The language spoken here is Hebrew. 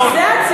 כי זה הציבור,